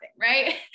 right